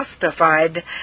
justified